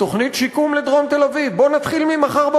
לדרום תל-אביב מה אתה מציע?